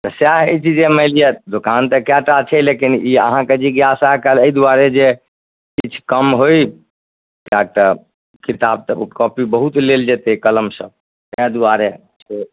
तऽ सएह अछि जे मानि लिअ दोकान तऽ कएटा छै लेकिन ई अहाँके जिज्ञासा कयल अइ दुआरे जे किछु कम होइ किएक कि किताब तऽ ओ कॉपी बहुत लेल जेतय कलम सब तै दुआरे से